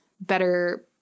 better